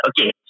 Okay